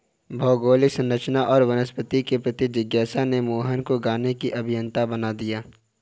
भौगोलिक संरचना और वनस्पति के प्रति जिज्ञासा ने मोहन को गाने की अभियंता बना दिया